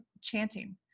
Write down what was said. chanting